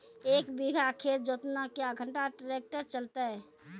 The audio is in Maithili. एक बीघा खेत जोतना क्या घंटा ट्रैक्टर चलते?